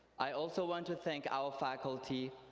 i also want to thank our faculty,